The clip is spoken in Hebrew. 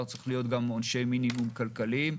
צריכים להיות גם עונשי מינימום כלכליים.